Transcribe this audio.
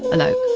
hello